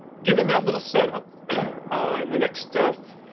given that little set up in the next, ah, fifth,